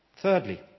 Thirdly